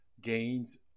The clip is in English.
gains